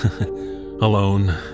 Alone